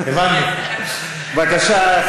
בבקשה.